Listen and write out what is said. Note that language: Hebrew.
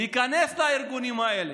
להיכנס לארגונים האלה.